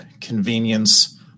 convenience